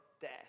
death